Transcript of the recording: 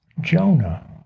Jonah